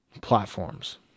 Platforms